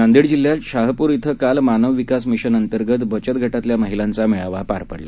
नांदेड जिल्ह्यात शाहपूर ि काल मानव विकास मिशन अंतर्गत बचत गटातल्या महिलांचा मेळावा पार पडला